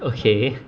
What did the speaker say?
okay